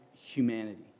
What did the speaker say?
humanity